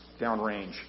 downrange